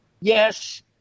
Yes